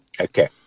Okay